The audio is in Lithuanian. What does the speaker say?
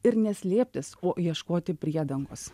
ir ne slėptis o ieškoti priedangos